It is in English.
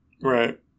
Right